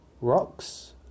Rocks